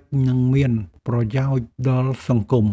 កៗនិងមានប្រយោជន៍ដល់សង្គម។